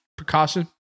precaution